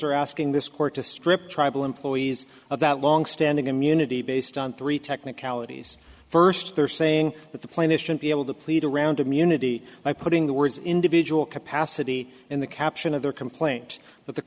are asking this court to strip tribal employees of that longstanding immunity based on three technicalities first they're saying that the plaintiffs should be able to plead around immunity by putting the words individual capacity in the caption of their complaint but the